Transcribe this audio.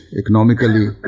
economically